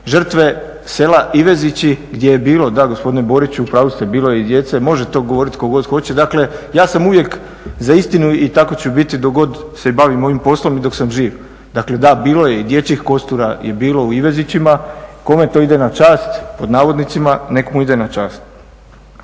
žrtve sela Ivezići gdje je bilo, da gospodine Boriću u pravu ste, bilo je i djece, može to govorit tko god hoće, dakle ja sam uvijek za istinu i tako ću biti dok god se bavim ovim poslom i dok sam živ. Dakle da, bilo je i dječjih kostura je bilo u Ivezićima. Kome to ide "na čast", nek mu ide "na čast".